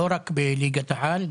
לא רק בליגת העל,